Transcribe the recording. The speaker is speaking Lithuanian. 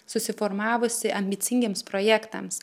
susiformavusi ambicingiems projektams